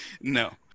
No